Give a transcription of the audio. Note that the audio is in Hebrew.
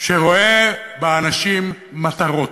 שרואה באנשים מטרות,